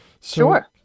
Sure